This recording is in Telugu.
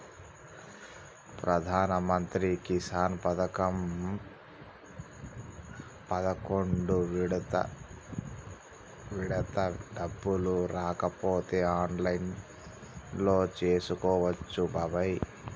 ప్రధానమంత్రి కిసాన్ పథకం పదకొండు విడత డబ్బులు రాకపోతే ఆన్లైన్లో తెలుసుకోవచ్చు బాబాయి